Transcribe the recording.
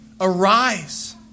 Arise